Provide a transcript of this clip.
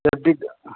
septic